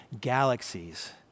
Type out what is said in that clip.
galaxies